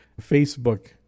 Facebook